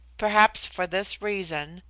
perhaps for this reason,